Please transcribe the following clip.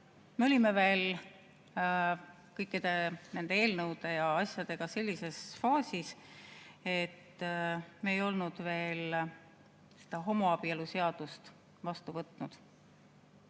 me olime kõikide nende eelnõude ja asjadega sellises faasis, et me ei olnud veel homoabielu seadust vastu võtnud.